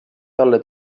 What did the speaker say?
talle